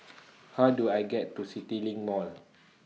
How Do I get to CityLink Mall